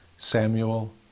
Samuel